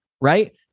Right